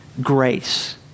grace